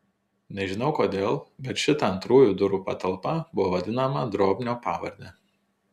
nežinau kodėl bet šita antrųjų durų patalpa buvo vadinama drobnio pavarde